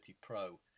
Pro